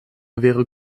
wäre